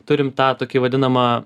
turim tą tokį vadinamą